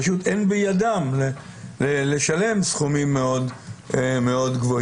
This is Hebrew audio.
פשוט אין בידם לשלם סכומים מאוד גבוהים.